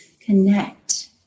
connect